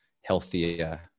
healthier